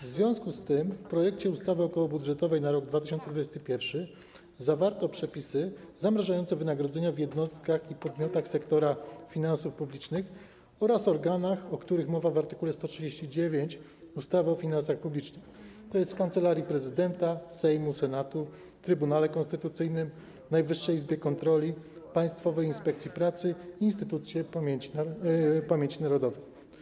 W związku z tym w projekcie ustawy okołobudżetowej na rok 2021 zawarto przepisy zamrażające wynagrodzenia w jednostkach i podmiotach sektora finansów publicznych oraz organach, o których mowa w art. 139 ustawy o finansach publicznych, tj. Kancelarii Prezydenta, Kancelarii Sejmu, Kancelarii Senatu, Trybunale Konstytucyjnym, Najwyższej Izbie Kontroli, Państwowej Inspekcji Pracy i Instytucie Pamięci Narodowej.